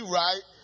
right